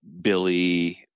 billy